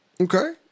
Okay